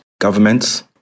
Governments